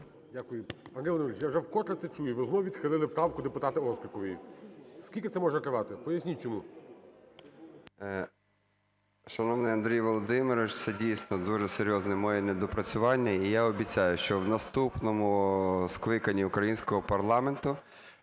Дякую. Пане Андрій Володимирович, я вже вкотре це чую, ви знову відхилили правку депутата Острікової. Скільки це може тривати, поясніть чому. 13:33:10 ІВАНЧУК А.В. Шановний Андрій Володимирович, це, дійсно, дуже серйозне моє недоопрацювання. І я обіцяю, що в наступному скликанні українського парламенту